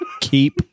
Keep